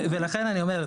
ולכן אני אומר,